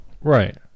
Right